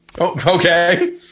Okay